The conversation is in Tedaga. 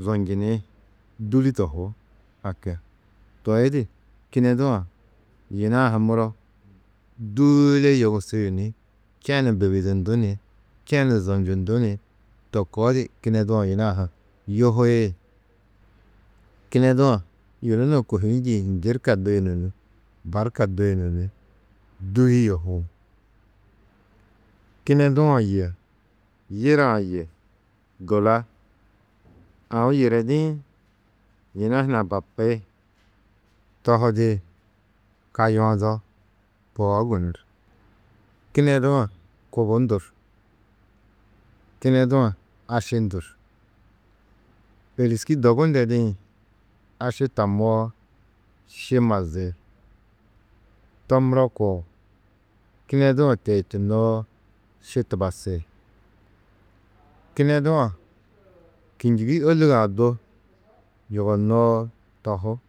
zonjini, dûli tohú, haki toi di kinedu-ã yina-ã ha muro dûle yogusi ni čenu bibidundú ni čenu zonjundú ni to koo di kinedu-ã yina-ã ha yuhii. Kinedu-ã yunu nuũ kohîi njîĩ hi njirka duyunu ni barka duyunu ni dûli yohi. Kinedu-ã yê yire-ã yê dula. Aũ yiredi-ĩ yina hunã bapi, tohidi, kayuado koo gunú. Kinedu-ã kubu ndur, kinedu-ã aši ndur. Êriski dogu ndedĩ aši tamoo, ši mazi, to muro koo, kinedu-ã teitunoo, ši tubasi. Kinedu-ã kînjigi ôlugoo-ã du yugonoo tohú.